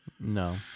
No